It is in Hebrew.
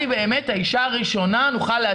באמת נוכל להציל את האשה הראשונה ממוות.